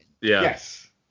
Yes